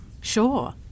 Sure